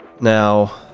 Now